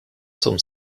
zum